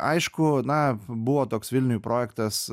aišku na buvo toks vilniuj projektas